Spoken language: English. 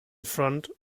front